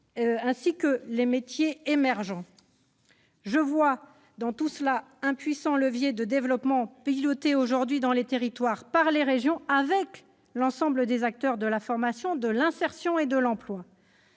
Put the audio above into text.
ainsi que les métiers émergents. Je vois dans tout cela un puissant levier de développement piloté dans les territoires par les régions avec l'ensemble des acteurs de la formation, de l'insertion et de l'emploi.